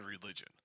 religion